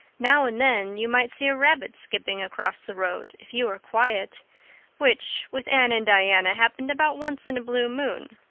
now and then you might see a rabbit skipping across the road if you were quiet which, with anne and diana, happened about once in a blue moon.